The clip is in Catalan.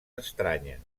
estranyes